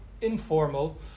informal